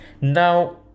Now